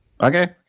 Okay